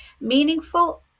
Meaningful